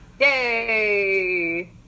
Yay